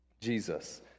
Jesus